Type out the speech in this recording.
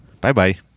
Bye-bye